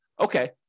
okay